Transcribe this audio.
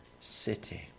city